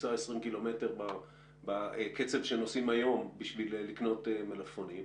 נוסע 20 קילומטרים בקצב שנוסעים היום כדי לקנות מלפפונים.